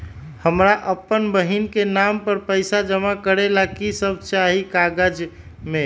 हमरा अपन बहन के नाम पर पैसा जमा करे ला कि सब चाहि कागज मे?